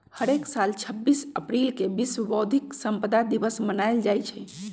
हरेक साल छब्बीस अप्रिल के विश्व बौधिक संपदा दिवस मनाएल जाई छई